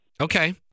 Okay